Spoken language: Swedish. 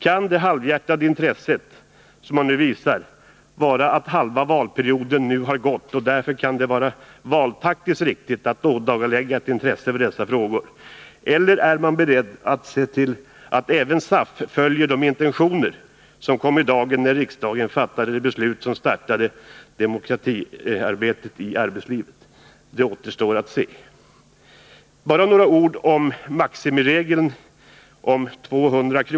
Kan det halvhjärtade intresse som man nu visar bero på att halva valperioden har gått och att det därför kan vara valtaktiskt riktigt att ådagalägga ett intresse för dessa frågor, eller är man beredd att se till att även SAF följer de intentioner som kom i dagen när riksdagen fattade de beslut som startade demokratiarbetet i arbetslivet? Det återstår att se. Bara några ord om maximiregeln om 200 kr.